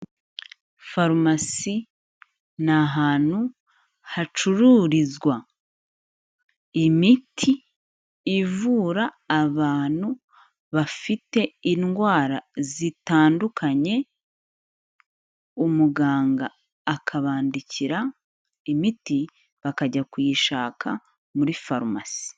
Farumasi ni ahantu hacururizwa imiti ivura abantu bafite indwara zitandukanye, umuganga akabandikira imiti bakajya kuyishaka muri farumasi.